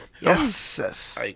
Yes